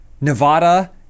Nevada